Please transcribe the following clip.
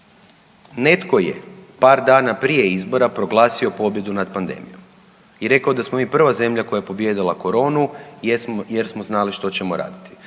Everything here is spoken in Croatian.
netko je par dana prije izbora proglasio pobjedu nad pandemijom i rekao da smo mi prva zemlja koja je pobijedila koronu jer smo znali što ćemo raditi.